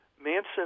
Manson